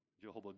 Jehovah